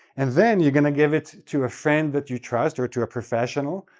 and then, you're going to give it to a friend that you trust, or to a professional,